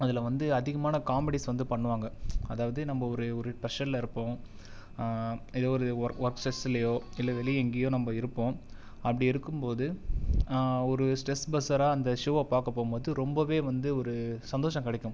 அதில் வந்து அதிகமான காமெடிஸ் வந்து பண்ணுவாங்க அதாவது நம்ம ஒரு ஒரு பிரஷரில் இருப்போம் ஏதோ ஒரு ஒர்க் ஒர்க் ஸ்ட்ரெஸ்லையோ இல்லை வெளியே எங்கேயோ நம்ம இருப்போம் அப்படி இருக்கும்போது ஒரு ஸ்ட்ரெஸ் பஸ்ஸராக அந்த ஷோவை பார்க்க போகும்போது ரொம்பவே வந்து ஒரு சந்தோஷம் கிடைக்கும்